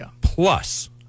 Plus